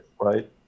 right